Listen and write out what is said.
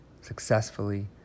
successfully